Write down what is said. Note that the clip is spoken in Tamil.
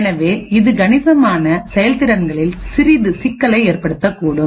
எனவே இது கணிசமான செயல்திறன்களில் சிறிது சிக்கலை ஏற்படுத்தக்கூடும்